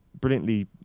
brilliantly